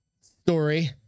story